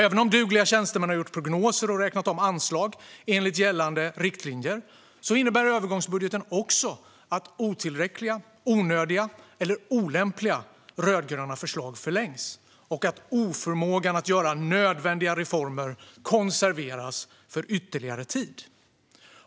Även om dugliga tjänstemän har gjort prognoser och räknat om anslag enligt gällande riktlinjer innebär övergångsbudgeten att otillräckliga, onödiga eller olämpliga rödgröna förslag förlängs och att oförmågan att göra nödvändiga reformer konserveras för ytterligare tid.